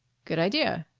good idea.